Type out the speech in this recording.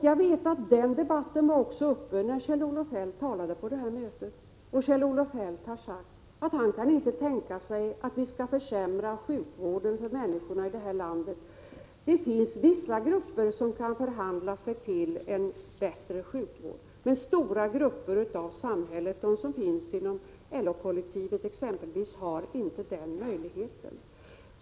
Jag vet att den debatten också var uppe när Kjell-Olof Feldt talade på det aktuella mötet, och Kjell-Olof Feldt har sagt att han inte kan tänka sig att vi skall försämra sjukvården för människorna i det här landet. Det finns vissa grupper som kan förhandla sig till en bättre sjukvård, men stora grupper inom samhället — de som exempelvis finns inom LO-kollektivet — har inte den möjligheten.